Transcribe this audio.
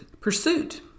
pursuit